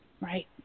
Right